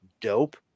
dope